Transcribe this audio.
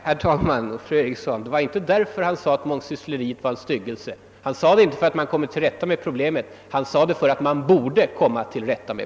Herr talman! Nej, fru Eriksson, Rune Hammarbäck sade inte att mångsyssleriet är en styggelse som man kommit till rätta med. Han sade att mångsyssleriet är en styggelse som man borde komma till rätta med.